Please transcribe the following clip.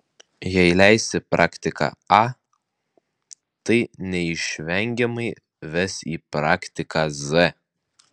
jei leisi praktiką a tai neišvengiamai ves į praktiką z